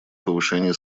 повышения